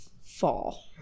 fall